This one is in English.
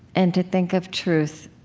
and to think of truth,